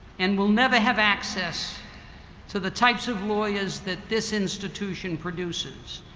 and will never have access to the types of layers that this institution produces.